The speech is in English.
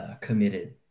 committed